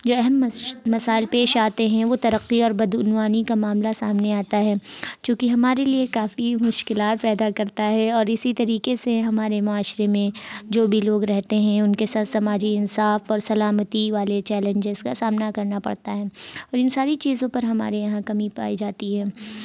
جو اہم مسائل پیش آتے ہیں وہ ترقی اور بدعنوانی کا معاملہ سامنے آتا ہے چونکہ ہمارے لیے کافی مشکلات پیدا کرتا ہے اور اسی طریقے سے ہمارے معاشرے میں جو بھی لوگ رہتے ہیں ان کے ساتھ سماجی انصاف اور سلامتی والے چیلنجز کا سامنا کرنا پڑتا ہے اور ان ساری چیزوں پر ہمارے یہاں کمی پائی جاتی ہے